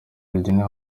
rigenewe